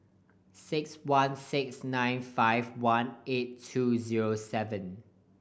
six one six nine five one eight two zero seven